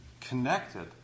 connected